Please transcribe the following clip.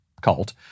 cult